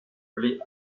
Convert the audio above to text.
blé